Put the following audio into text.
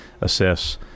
assess